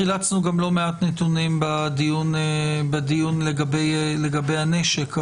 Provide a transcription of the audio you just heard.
חילצנו גם לא מעט נתונים בדיון לגבי הנשק.